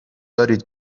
دارید